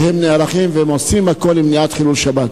והם נערכים והם עושים הכול למניעת חילול שבת.